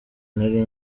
nari